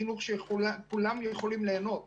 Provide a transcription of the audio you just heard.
חינוך שכולם יוכלו ליהנות ממנו.